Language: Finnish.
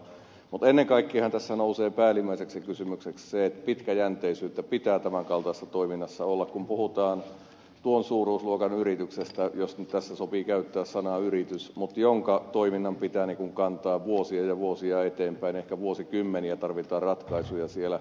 mutta ennen kaikkeahan tässä nousee päällimmäiseksi kysymykseksi se että pitkäjänteisyyttä pitää tämän kaltaisessa toiminnassa olla kun puhutaan tuon suuruusluokan yrityksestä jos nyt tässä sopii käyttää sanaa yritys jonka toiminnan pitää kantaa vuosia ja vuosia eteenpäin ehkä vuosikymmeniksi tarvitaan ratkaisuja siellä